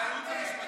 ולייעוץ המשפטי.